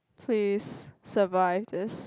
please survive this